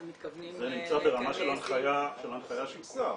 אתם מתכוונים להכנס --- זה ברמה של הנחיה של שר